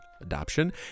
adoption